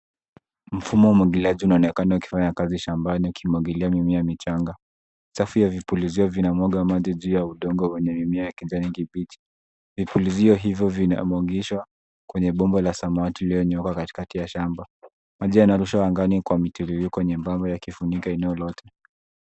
Mfumo wa umwagiliaji unaonekana ukifanya kazi shambani ukimwagilia mimea michanga. Safu ya vipulizio vinamwaga maji juu ya udongo wenye mimea ya kijani kibichi. Vipulizio hivyo vinamwagwishwa kwenye bomba za samawati zilizonyooka katikati ya shamba. Maji yanarushwa angani kwa mitiririko nyembamba yakifunika eneo lote.